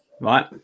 right